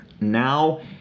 Now